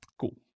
Cool